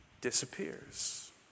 disappears